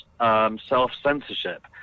self-censorship